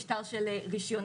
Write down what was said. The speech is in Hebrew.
משטר של רישיונות,